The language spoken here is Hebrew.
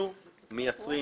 אנחנו מייצרים